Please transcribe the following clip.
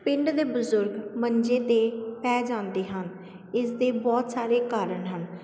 ਪਿੰਡ ਦੇ ਬਜ਼ੁਰਗ ਮੰਜੇ 'ਤੇ ਪੈ ਜਾਂਦੇ ਹਨ ਇਸ ਦੇ ਬਹੁਤ ਸਾਰੇ ਕਾਰਨ ਹਨ